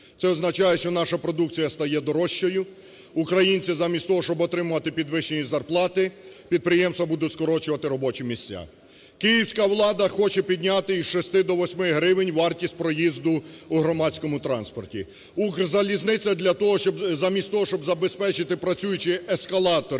Це означає, що наша продукція стає дорожчою. Українці замість того, щоб отримувати підвищенні зарплати, підприємства будуть скорочувати робочі місця. Київська влада хоче підняти із 6 до 8 гривень вартість проїзду у громадському транспорті. "Укрзалізниця" замість того, щоб забезпечити працюючі ескалатори